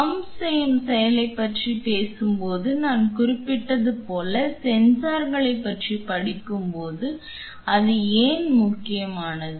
pump செய்யும் செயலைப் பற்றி பேசும்போது நான் குறிப்பிட்டது போல சென்சார்களைப் பற்றி படிக்கும்போது அது ஏன் முக்கியமானது